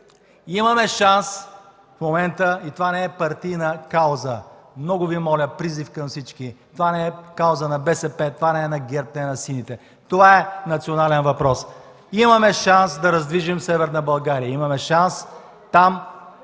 Имаме шанс в момента и това не е партийна кауза, много Ви моля, а призив към всички! Това не е кауза на БСП, не е на ГЕРБ, не е на сините, това е национален въпрос. Имаме шанс да раздвижим Северна България, имаме шанс там да получат